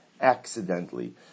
accidentally